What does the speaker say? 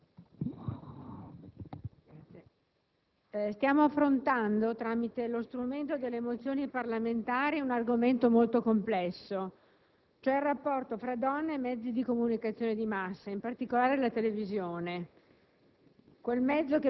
Stiamo affrontando, tramite lo strumento delle mozioni parlamentari, un argomento molto complesso, cioè il rapporto tra donne e mezzi di comunicazione di massa, in particolare la televisione;